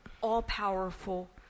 all-powerful